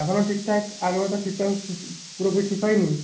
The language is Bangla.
এখনও ঠিকঠাক আগের মতো ঠিকঠাক পুরোপুরি ঠিক হয়নি